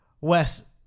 Wes